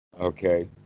Okay